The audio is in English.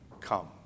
come